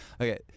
Okay